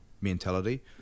mentality